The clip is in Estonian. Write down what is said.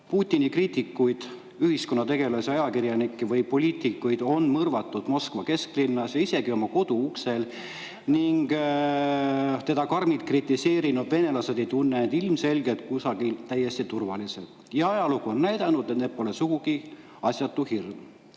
Putini kriitikuid, ühiskonnategelasi, ajakirjanikke ja poliitikuid on mõrvatud Moskva kesklinnas ja isegi oma koduuksel ning teda karmilt kritiseerinud venelased ei tunne end ilmselgelt kusagil täiesti turvaliselt. Ajalugu on näidanud, et see pole sugugi asjatu hirm.